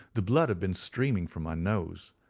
the blood had been streaming from my nose,